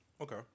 Okay